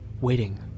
waiting